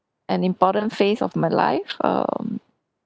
an important phase of my life um